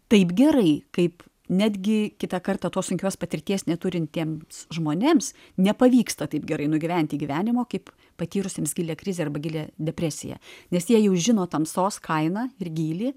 taip gerai kaip netgi kitą kartą tos sunkios patirties neturintiems žmonėms nepavyksta taip gerai nugyventi gyvenimo kaip patyrusiems gilią krizę arba gilią depresiją nes jie jau žino tamsos kainą ir gylį